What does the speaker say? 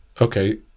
okay